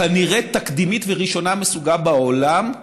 כנראה תקדימית וראשונה מסוגה בעולם,